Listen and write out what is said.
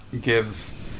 gives